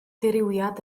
dirywiad